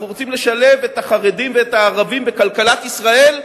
אנחנו רוצים לשלב את החרדים ואת הערבים בכלכלת ישראל,